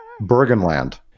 Bergenland